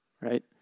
right